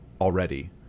already